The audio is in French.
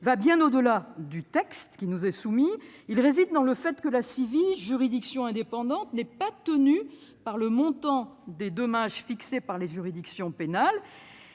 va bien au-delà du texte qui nous est soumis ; elle réside dans le fait que la CIVI, juridiction indépendante, n'est pas tenue par le montant des dommages et intérêts fixé par les juridictions pénales-